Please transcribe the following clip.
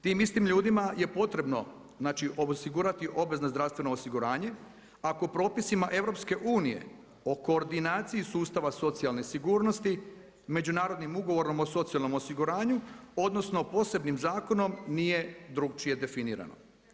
Tim istim ljudima je potrebno, znači osigurati obvezno zdravstveno osiguranje, ako propisima EU-a, o koordinaciji sustava socijalne sigurnosti Međunarodnim ugovorom o socijalnom osiguranju, odnosno posebnim zakonom nije drukčije definirano.